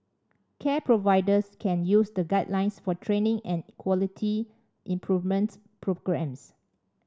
care providers can use the guidelines for training and quality improvement programmes